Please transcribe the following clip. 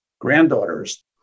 granddaughters